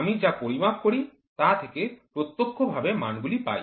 আমি যা পরিমাপ করি তা থেকে প্রত্যক্ষ ভাবে মানগুলি পাই